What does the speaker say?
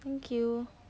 thank you